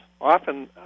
often